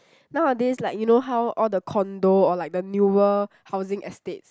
nowadays like you know how all the condo or like the newer housing estates